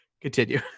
Continue